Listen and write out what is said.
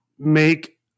make